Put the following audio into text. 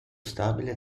stabile